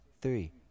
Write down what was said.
three